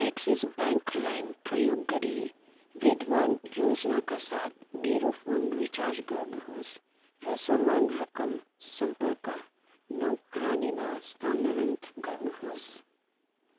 axis bank लाइम प्रयोग गरी विद्यमान योजनाको साथ मेरो फोन रिचार्ज गर्नुहोस् र समान रकम सम्पर्क नौकरनीमा स्थानान्तरण गर्नुहोस्